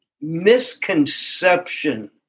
misconception